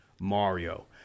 Mario